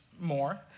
more